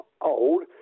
old